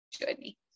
journey